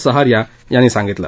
सहारिया यांनी सांगितलं